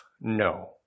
No